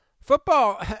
football